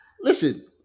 Listen